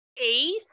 eighth